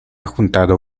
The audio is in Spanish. juntado